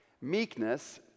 Meekness